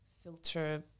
filter